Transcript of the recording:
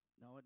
No